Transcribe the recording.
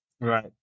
Right